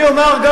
אתה יודע,